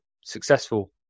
successful